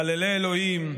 מחללי אלוהים,